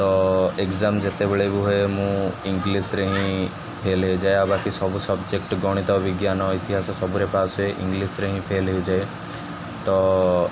ତ ଏଗ୍ଜାମ୍ ଯେତେବେଳେ ହୁଏ ମୁଁ ଇଂଲିଶରେ ହିଁ ଫେଲ୍ ହୋଇଯାଏ ଆଉ ବାକି ସବୁ ସବଜେକ୍ଟ ଗଣିତ ବିଜ୍ଞାନ ଇତିହାସ ସବୁରେ ପାସ୍ ହୁଏ ଇଂଲିଶରେ ହିଁ ଫେଲ୍ ହୋଇଯାଏ ତ